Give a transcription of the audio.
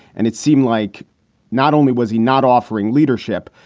and it seemed like not only was he not offering leadership,